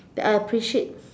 that I appreciate